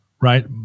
right